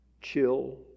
chill